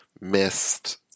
missed